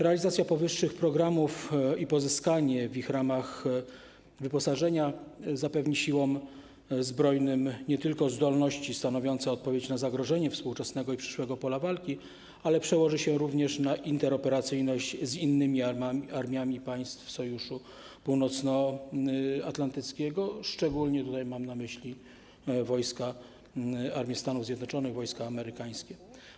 Realizacja powyższych programów i pozyskanie w ich ramach wyposażenia nie tylko zapewnią Siłom Zbrojnym zdolności stanowiące odpowiedź na zagrożenie współczesnego i przyszłego pola walki, ale również przełożą się na interoperacyjność z innymi armiami państw Sojuszu Północnoatlantyckiego, szczególnie mam na myśli wojska armii Stanów Zjednoczonych, wojska amerykańskie.